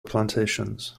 plantations